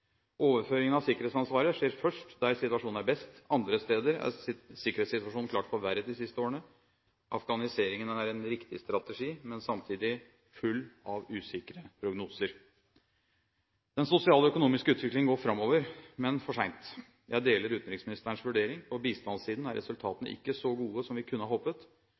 Overføringen av sikkerhetsansvaret skjer først der situasjonen er best. Andre steder er sikkerhetssituasjonen klart forverret de siste årene. Afghaniseringen er en riktig strategi, men samtidig full av usikre prognoser. Den sosiale og økonomiske utvikling går framover, men for sent. Jeg deler utenriksministerens vurdering. På bistandssiden er resultatene ikke så gode som vi kunne ha